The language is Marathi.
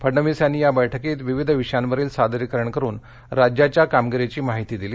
फडणवीस यांनी या बैठकीत विविध विषयांवरील सादरीकरण करुन राज्याच्या कामगिरीची माहिती दिली